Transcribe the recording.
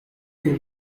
you